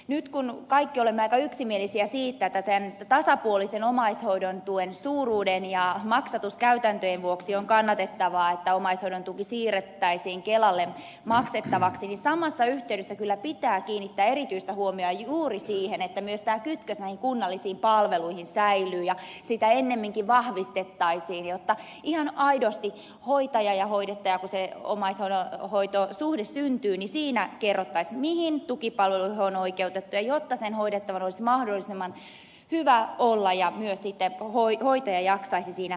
nyt kun kaikki olemme aika yksimielisiä siitä että tämän tasapuolisen omaishoidon tuen suuruuden ja maksatuskäytäntöjen vuoksi on kannatettavaa että omaishoidon tuki siirrettäisiin kelalle maksettavaksi niin samassa yhteydessä kyllä pitää kiinnittää erityistä huomiota juuri siihen että myös tämä kytkös näihin kunnallisiin palveluihin säilyy ja sitä ennemminkin vahvistettaisiin ja että ihan aidosti hoitajalle ja hoidettavalle kun se omaishoitosuhde syntyy kerrottaisiin mihin tukipalveluihin on oikeutettu jotta sen hoidettavan olisi mahdollisimman hyvä olla ja myös sitten hoitaja jaksaisi siinä tehtävässään